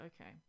okay